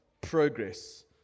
progress